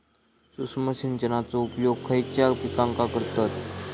सूक्ष्म सिंचनाचो उपयोग खयच्या पिकांका करतत?